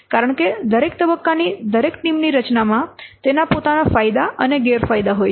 કારણ કે દરેક તબક્કાની દરેક ટીમની રચનામાં તેના પોતાના ફાયદા અને ગેરફાયદા હોય છે